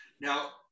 Now